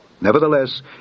Nevertheless